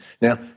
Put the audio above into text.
Now